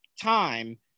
time